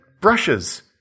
brushes